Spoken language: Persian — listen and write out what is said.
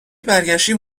برگشتیم